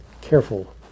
careful